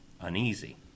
uneasy